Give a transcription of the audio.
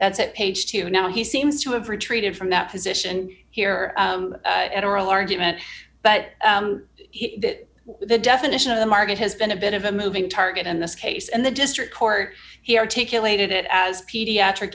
that's at page two now he seems to have retreated from that position here at oral argument but that the definition of the market has been a bit of a moving target in this case and the district court he articulated it as pediatric